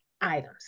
items